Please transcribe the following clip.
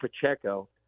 Pacheco